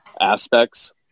aspects